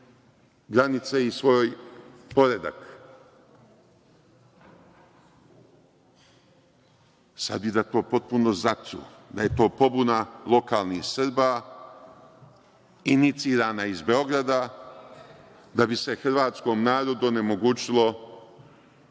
granice i svoj poredak. Sad bi da to potpuno zatru, da je to pobuna lokalnih Srba inicirana iz Beograda, da bi se hrvatskom narodu onemogućilo